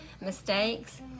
mistakes